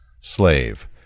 Slave